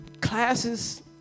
Classes